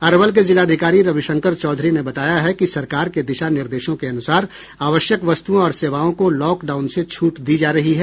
अरवल के जिलाधिकारी रविशंकर चौधरी ने बताया है कि सरकार के दिशा निर्देशों के अनुसार आवश्यक वस्तुओं और सेवाओं को लॉकडाउन से छूट दी जा रही है